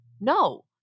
No